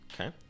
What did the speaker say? Okay